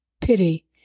pity